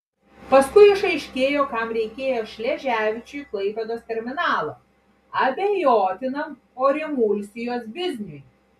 paskui išaiškėjo kam reikėjo šleževičiui klaipėdos terminalo abejotinam orimulsijos bizniui